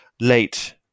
late